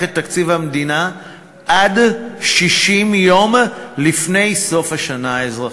את תקציב המדינה עד 60 יום לפני סוף השנה האזרחית.